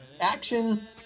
action